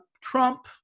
Trump